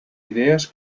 idees